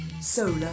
solar